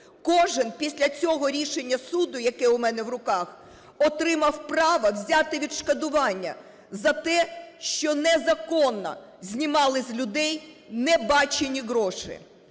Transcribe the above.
Кожен після цього рішення суду, яке у мене в руках, отримав право взяти відшкодування за те, що незаконно знімали з людей небачені гроші.